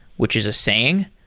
which is a saying,